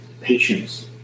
patience